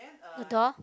the door